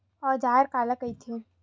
औजार काला कइथे?